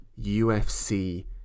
UFC